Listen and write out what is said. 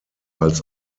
als